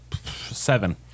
Seven